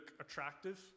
attractive